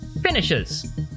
finishes